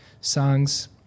songs